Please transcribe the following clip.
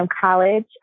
College